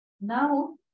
Now